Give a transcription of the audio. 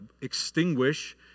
extinguish